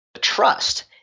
trust